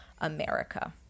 America